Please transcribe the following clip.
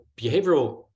behavioral